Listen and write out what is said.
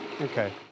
Okay